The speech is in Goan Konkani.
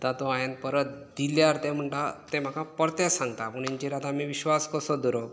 तातूं हांवेन परत दिल्यार ते म्हणटा ते म्हाका परते सांगता पूण हेंचेर आतां आमी विश्वास कसो धरप